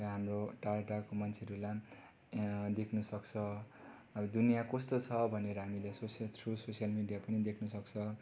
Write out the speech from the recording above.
या हाम्रो टाढा टाढाको मान्छेहरूलाई पनि देख्नुसक्छ अब दुनिया कस्तो छ भनेर हामीले सोसियल थ्रू सोसियल मिडिया पनि देख्नुसक्छ